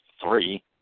three